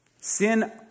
Sin